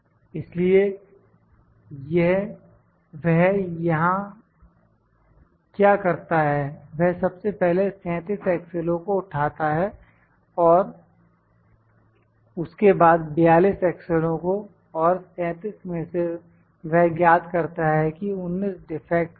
इसलिए वह यहां क्या करता है वह सबसे पहले 37 एक्सेलों को उठाता है उसके बाद 42 एक्सेलों को और 37 में से वह ज्ञात करता है कि 19 डिफेक्ट्स हैं